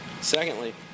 Secondly